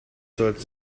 sollten